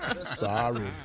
Sorry